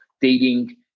dating